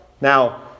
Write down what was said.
now